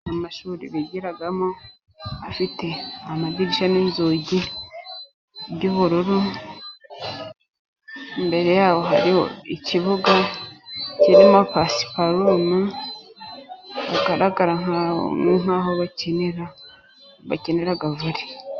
Amashuri bigiragamo, afite amadirishya n'inzugi by'ubururu, imbere ya ho hariho ikibuga kirimo pasiparumu, bigaragara nk'aho bakinira bakinira vole.